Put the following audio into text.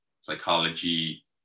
psychology